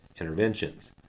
interventions